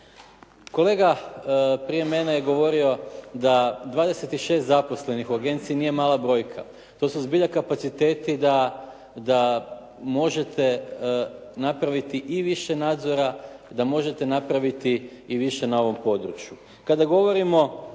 Kolega prije mene je govorio da 26 zaposlenih u agenciji nije mala brojka. To su zbilja kapaciteti da možete napraviti i više nadzora, da možete napraviti i više na ovom području.